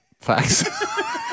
facts